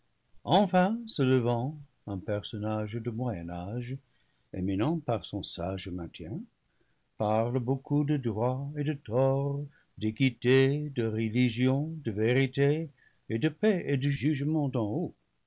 enfin se levant un personnage de moyen âge éminent par son sage maintien parle beaucoup de droit et de tort d'équité de religion de vérité et de paix et de jugement d'en haut